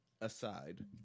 aside